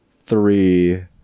three